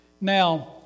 Now